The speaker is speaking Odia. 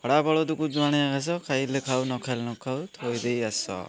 ହଡ଼ା ବଳଦକୁ ଯୁଆଣିଆ ଘାସ ଖାଇଲେ ଖାଉ ନଖାଇଲେ ନଖାଉ ଥୋଇ ଦେଇ ଆସ